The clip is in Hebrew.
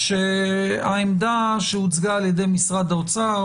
העמדה שהוצגה על-ידי משרד האוצר